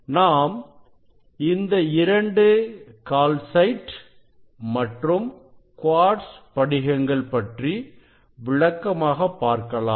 நாம் இந்த இரண்டு கால்சைட் மற்றும் குவாட்ஸ் படிகங்கள் பற்றி விளக்கமாக பார்க்கலாம்